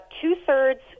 two-thirds